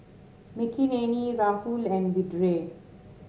Makineni Rahul and Vedre